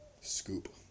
scoop